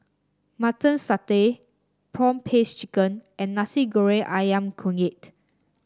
Mutton Satay prawn paste chicken and Nasi Goreng ayam Kunyit